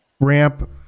Ramp